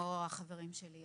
כמו החברים שלי,